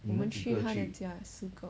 我们去他的家四个